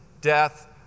death